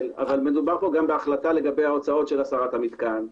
גם בהחלטה לגבי הוצאות של הסרת המתקן,